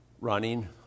running